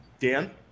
Dan